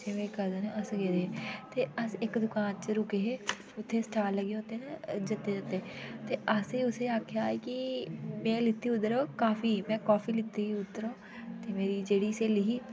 ते मेरे कजन अस्सी गेदे हे हे ते अस एक दकान च रूके हे ते उत्थै स्टाल लगे दे औंदे ना जंदे जंदे ते अस उस्सी आक्खेआ की मैं लैती उधरो काफी मैं काफी लैती उधरा ते मेरी जेह्डी सहेली ही